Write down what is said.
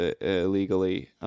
illegally